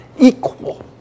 equal